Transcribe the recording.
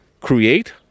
create